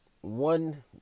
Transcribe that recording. one